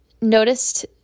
noticed